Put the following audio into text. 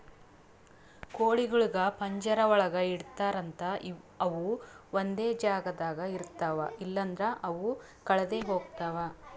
ಕೋಳಿಗೊಳಿಗ್ ಪಂಜರ ಒಳಗ್ ಇಡ್ತಾರ್ ಅಂತ ಅವು ಒಂದೆ ಜಾಗದಾಗ ಇರ್ತಾವ ಇಲ್ಲಂದ್ರ ಅವು ಕಳದೆ ಹೋಗ್ತಾವ